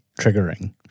triggering